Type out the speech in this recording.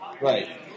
Right